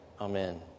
Amen